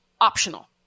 optional